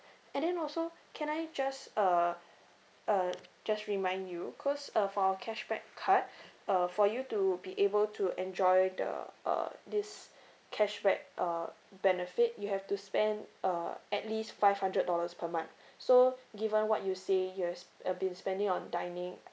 and then also can I just uh uh just remind you cause uh for our cashback card uh for you to be able to enjoy the uh this cashback uh benefit you have to spend uh at least five hundred dollars per month so given what you say you has have been spending on dining